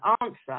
answer